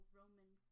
roman